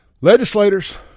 Legislators